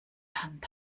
hand